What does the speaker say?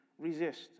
resist